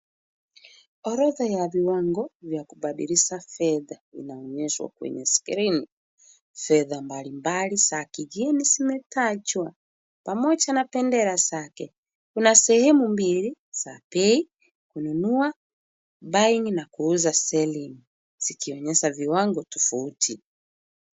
Orodha ya viwango vya kubadilisha fedha inaonyeshwa kwenye skrini. Fedha mbalimbali za kigeni zimetajwa, pamoja na bendera zake. Kuna sehemu mbili za bei kununua buying na kuuza selling . Zikionyesha viwango tofauti.